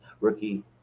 rookie